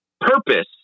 purpose